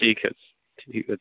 ଠିକ୍ ଅଛି ଠିକ୍ ଅଛି